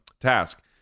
task